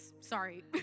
sorry